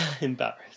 Embarrassed